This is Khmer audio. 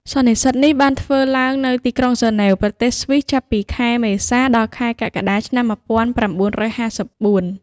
សន្និសីទនេះបានធ្វើឡើងនៅទីក្រុងហ្សឺណែវ ប្រទេសស្វីស ចាប់ពីខែមេសា ដល់ខែកក្កដា ឆ្នាំ១៩៥៤។